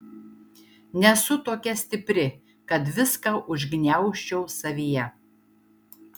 nesu tokia stipri kad viską užgniaužčiau savyje